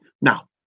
Now